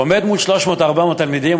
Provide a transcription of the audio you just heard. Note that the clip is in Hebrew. עומד מול 300 או 400 תלמידים,